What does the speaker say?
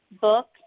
book